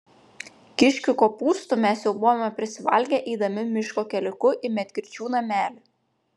kiškių kopūstų mes jau buvome prisivalgę eidami miško keliuku į medkirčių namelį